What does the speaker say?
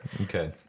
Okay